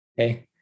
Okay